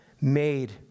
made